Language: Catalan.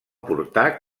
portar